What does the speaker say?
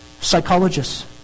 psychologists